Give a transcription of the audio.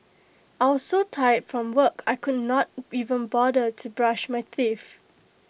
I was so tired from work I could not even bother to brush my teeth